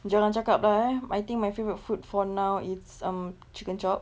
jangan cakap lah eh I think my favourite food for now it's um chicken chop